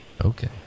Okay